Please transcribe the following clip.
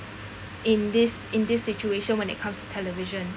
in this in this situation when it comes to television